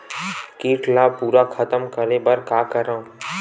कीट ला पूरा खतम करे बर का करवं?